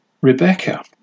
Rebecca